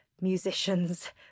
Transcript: musician's